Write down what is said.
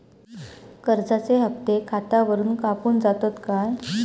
कर्जाचे हप्ते खातावरून कापून जातत काय?